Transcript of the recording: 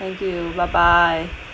thank you bye bye